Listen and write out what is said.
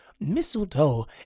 Mistletoe